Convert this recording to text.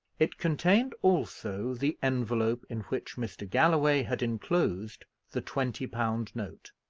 it contained also the envelope in which mr. galloway had enclosed the twenty-pound note.